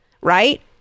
Right